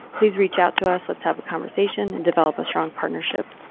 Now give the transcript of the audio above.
please reach out to us let's have a conversation and develop a strong partnership.